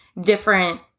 different